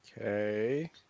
Okay